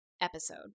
episode